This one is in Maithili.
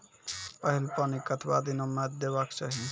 पहिल पानि कतबा दिनो म देबाक चाही?